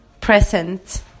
present